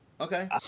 Okay